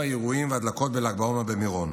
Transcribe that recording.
אירועים והדלקות בל"ג בעומר במירון",